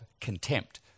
contempt